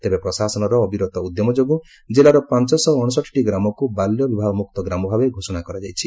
ତେବେ ପ୍ରଶାସନର ଅବିରତ ଉଦ୍ୟମ ଯୋଗୁ ଜିଲ୍ଲାର ପାଞ ଶହ ଅଶଷଠିଟି ଗ୍ରାମକୁ ବାଲ୍ୟବିବାହ ମୁକ୍ତ ଗ୍ରାମ ଭାବେ ଘୋଷଣା କରାଯାଇଛି